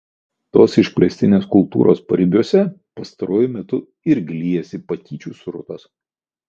tos išplėstinės kultūros paribiuose pastaruoju metu irgi liejasi patyčių srutos